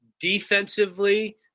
defensively